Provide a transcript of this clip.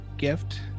Gift